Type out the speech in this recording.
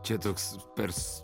čia toks pers